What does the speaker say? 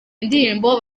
indirimbo